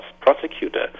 prosecutor